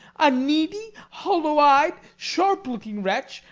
a needy, hollow-ey'd, sharp-looking wretch,